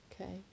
Okay